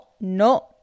no